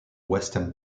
western